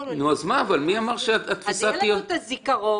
אבל מי אמר שהתפיסה תהיה אותה תפיסה?